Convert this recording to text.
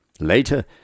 Later